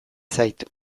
zait